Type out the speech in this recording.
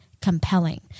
compelling